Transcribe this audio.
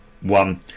one